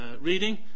reading